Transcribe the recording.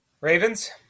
Ravens